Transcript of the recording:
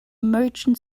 merchant